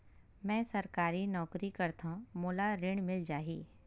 मै सरकारी नौकरी करथव मोला ऋण मिल जाही?